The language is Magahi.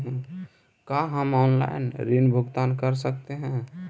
का हम आनलाइन ऋण भुगतान कर सकते हैं?